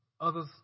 others